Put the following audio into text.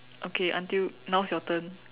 okay until now is your turn